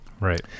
Right